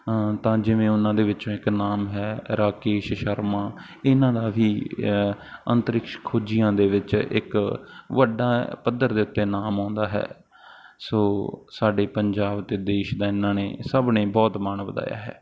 ਹਾਂ ਤਾਂ ਜਿਵੇਂ ਉਹਨਾਂ ਦੇ ਵਿੱਚੋਂ ਇੱਕ ਨਾਮ ਹੈ ਰਾਕੇਸ਼ ਸ਼ਰਮਾ ਇਹਨਾਂ ਦਾ ਵੀ ਅੰਤਰਿਕਸ਼ ਖੋਜੀਆਂ ਦੇ ਵਿੱਚ ਇੱਕ ਵੱਡਾ ਪੱਧਰ ਦੇ ਉੱਤੇ ਨਾਮ ਆਉਂਦਾ ਹੈ ਸੋ ਸਾਡੇ ਪੰਜਾਬ ਅਤੇ ਦੇਸ਼ ਦਾ ਇਹਨਾਂ ਨੇ ਸਭ ਨੇ ਬਹੁਤ ਮਾਣ ਵਧਾਇਆ ਹੈ